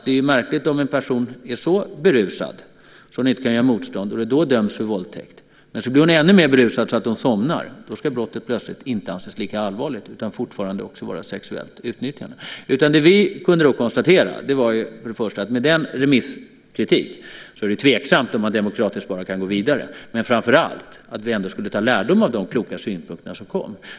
Det är märkligt att döma för våldtäkt om en kvinna är så berusad att hon inte kan göra motstånd, men om hon blir ännu mer berusad så att hon somnar, då anses plötsligt brottet inte lika allvarligt, utan det ska fortfarande utgöra sexuellt utnyttjande. Med den remisskritiken var det tveksamt om man rent demokratiskt bara kunde gå vidare. Men vi drog lärdom av de kloka synpunkter som kom fram.